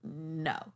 no